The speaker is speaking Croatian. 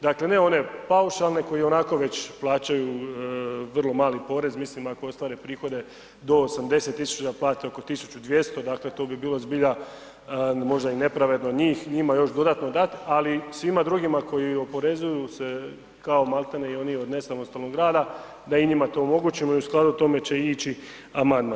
Dakle, ne one paušalne koji i onako već plaćaju vrlo mali porez, mislim ako ostvare prihode do 80.000 plate oko 1.200, dakle to bi bilo zbilja možda i nepravedno od njih, njima još dodatno dati, ali svima drugima koji oporezuju se kao maltene i oni od nesamostalnog rada da i njima to omogućimo i u skladu tome će ići amandman.